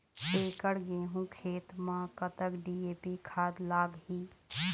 एकड़ गेहूं खेत म कतक डी.ए.पी खाद लाग ही?